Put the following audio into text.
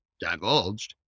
divulged